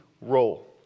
role